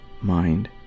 mind